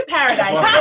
Paradise